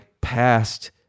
past